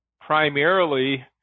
primarily